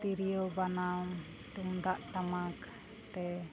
ᱛᱤᱨᱭᱳ ᱵᱟᱱᱟᱢ ᱛᱩᱢᱫᱟᱜ ᱴᱟᱢᱟᱠ ᱛᱮ